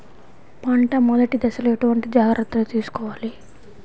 పంట మెదటి దశలో ఎటువంటి జాగ్రత్తలు తీసుకోవాలి?